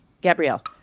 Gabrielle